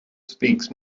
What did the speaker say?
speaks